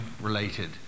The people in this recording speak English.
related